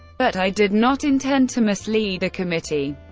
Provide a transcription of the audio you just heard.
but i did not intend to mislead the committee.